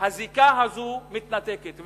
הזיקה הזאת מתנתקת.